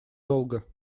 долго